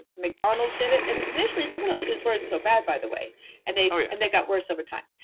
mcdonalds did it and it initially, some of those foods weren't so bad by the way and oh yeah and they got worse over time.